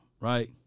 right